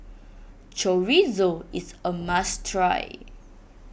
Chorizo is a must try